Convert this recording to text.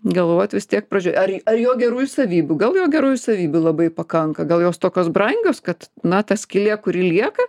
galvot vis tiek pradžioj ar ar jo gerųjų savybių gal jo gerųjų savybių labai pakanka gal jos tokios brangios kad na ta skylė kuri lieka